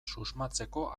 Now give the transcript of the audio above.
susmatzeko